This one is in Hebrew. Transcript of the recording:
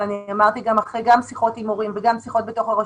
גם אחרי שיחות עם הורים וגם שיחות בתוך הרשות,